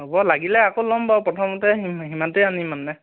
হ'ব লাগিলে আকৌ ল'ম বাৰু প্ৰথমতে সি সিমানটোৱে আনিম মানে